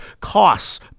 costs